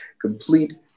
complete